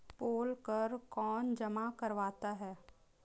पोल कर कौन जमा करवाता है?